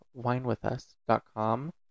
WineWithUs.com